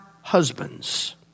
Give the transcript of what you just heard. husbands